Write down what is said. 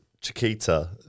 Chiquita